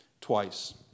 twice